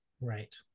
Right